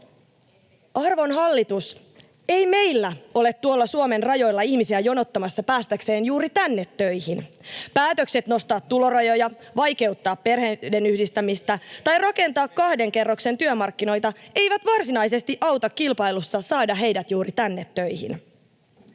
Arvon hallitus, ei meillä ole tuolla Suomen rajoilla ihmisiä jonottamassa päästäkseen juuri tänne töihin. Päätökset nostaa tulorajoja, vaikeuttaa perheiden yhdistämistä tai rakentaa kahden kerroksen työmarkkinoita eivät varsinaisesti auta kilpailussa saada heidät juuri tänne töihin.